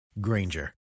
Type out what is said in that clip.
Granger